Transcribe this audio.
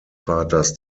vaters